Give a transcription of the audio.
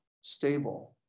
stable